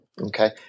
okay